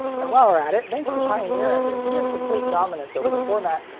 and while we're at it, thanks to pioneer and their near-complete dominance over the format,